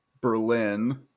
berlin